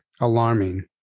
alarming